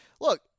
look